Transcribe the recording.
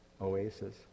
oasis